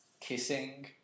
Kissing